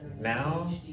now